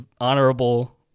honorable